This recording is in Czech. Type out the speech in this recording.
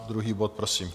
Druhý bod prosím.